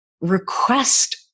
request